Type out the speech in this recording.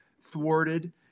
thwarted